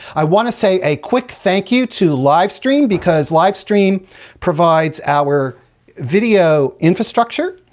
i want to say a quick thank you to livestream because livestream provides our video infrastructure.